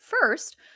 First